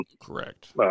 correct